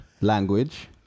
Language